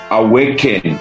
awaken